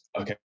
okay